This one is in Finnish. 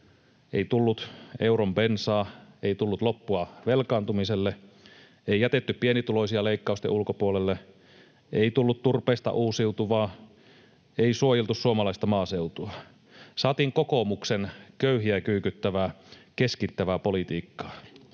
Ei tullut euron bensaa, ei tullut loppua velkaantumiselle, ei jätetty pienituloisia leikkausten ulkopuolelle, ei tullut turpeesta uusiutuvaa, ei suojeltu suomalaista maaseutua. Saatiin kokoomuksen köyhiä kyykyttävää, keskittävää politiikkaa.